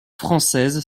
françaises